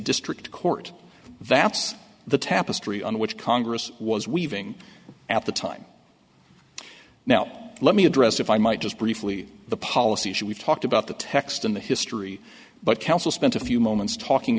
district court that's the tapestry on which congress was weaving at the time now let me address if i might just briefly the policy should we've talked about the text in the history but council spent a few moments talking